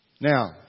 Now